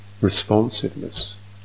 responsiveness